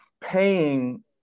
paying